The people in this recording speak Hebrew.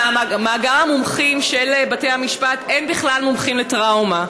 במאגר המומחים של בתי המשפט אין בכלל מומחים לטראומה,